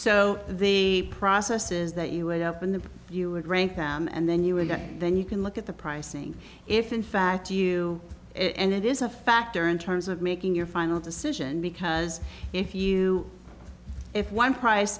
so the processes that you would up and then you would rank them and then you again then you can look at the pricing if in fact you and it is a factor in terms of making your final decision because if you if one price